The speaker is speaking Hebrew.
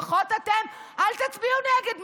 לפחות אתם, אל תצביעו נגד.